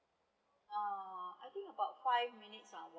uh I think is about five minutes ah walking